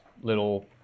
little